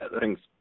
thanks